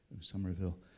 Somerville